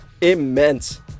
immense